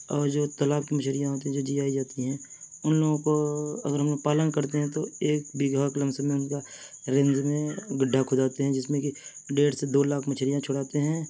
اور جو تالاب کی مچھلیاں ہوتی ہیں جو جی آئی جاتی ہیں ان لوگوں کو اگر ہم لوگ پالن کرتے ہیں تو ایک بگھاک لمسم میں ان کا رند میں گڈھا کھوداتے ہیں جس میں کہ ڈیڑھ سے دو لاکھ مچھلیاں چھڑاتے ہیں